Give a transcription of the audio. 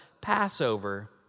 Passover